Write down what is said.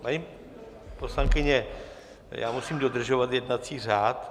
Paní poslankyně, já musím dodržovat jednací řád.